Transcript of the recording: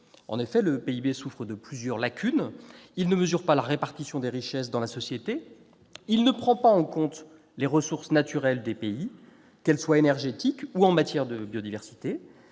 En effet, le PIB souffre de plusieurs lacunes : il ne mesure pas la répartition des richesses dans la société ; il ne prend pas en compte les ressources naturelles des pays, en termes énergétiques ou de biodiversité